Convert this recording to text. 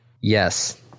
Yes